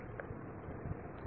विद्यार्थी Refer Time 1106